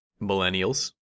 millennials